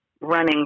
running